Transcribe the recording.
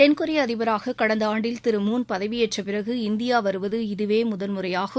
தென்கொரிய அதிபராக கடந்த ஆண்டில் திரு மூன் பதவி ஏற்ற பிறகு இந்தியா வருவது இதவே முதல் முறையாகும்